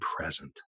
present